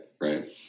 right